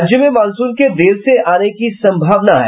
राज्य में मानसून के देर से आने की संभावना है